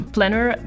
Planner